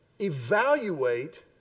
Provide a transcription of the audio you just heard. evaluate